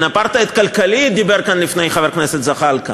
אפרטהייד כלכלי, אמר כאן לפני חבר הכנסת זחאלקה